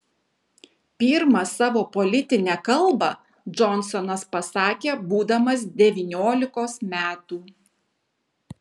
pirmą savo politinę kalbą džonsonas pasakė būdamas devyniolikos metų